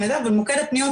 אם זה כמו שני התינוקות